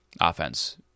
offense